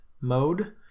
mode